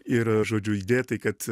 ir žodžiu idėja tai kad